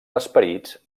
esperits